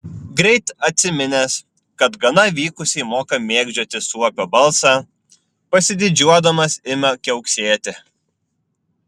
greit atsiminęs kad gana vykusiai moka mėgdžioti suopio balsą pasididžiuodamas ima kiauksėti